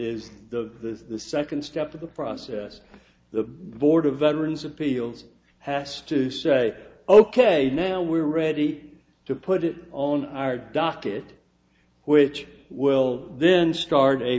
is the second step of the process the board of veterans appeals has to say ok now we're ready to put it on our docket which will then start a